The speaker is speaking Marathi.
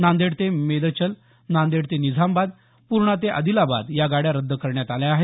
नांदेड ते मेदचल नांदेड ते निझामाबाद पूर्णा ते आदिलाबाद या गाड्या रद्द करण्यात आल्या आहेत